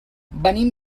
venim